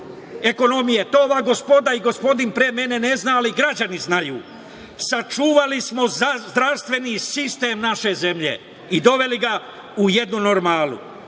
ekonomije. To ova gospoda i gospodin pre mene ne zna, ali građani znaju. Sačuvali smo zdravstveni sistem naše zemlje i doveli ga u jednu normalu,